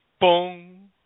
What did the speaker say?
boom